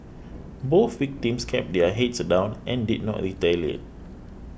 both victims kept their heads down and did not retaliate